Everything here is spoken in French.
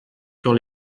sur